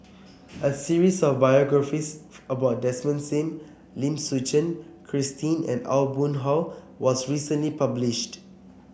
a series of biographies about Desmond Sim Lim Suchen Christine and Aw Boon Haw was recently published